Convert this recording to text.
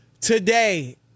today